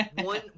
one